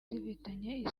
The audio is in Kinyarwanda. zifitanye